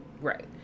Right